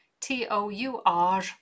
t-o-u-r